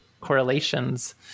correlations